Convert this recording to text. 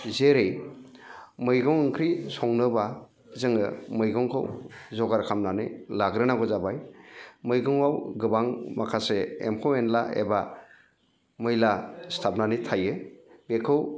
जेरै मैगं ओंख्रि संनोबा जोङो मैगंखौ जगार खालामनानै लाग्रोनांगौ जाबाय मैगङाव गोबां माखासे एम्फौ एन्ला एबा मैला सिथाबनानै थायो बेखौ